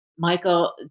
Michael